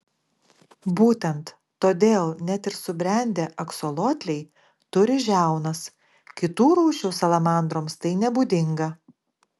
būtent todėl net ir subrendę aksolotliai turi žiaunas kitų rūšių salamandroms tai nebūdinga